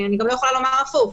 אני גם לא יכולה לומר הפוך.